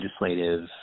legislative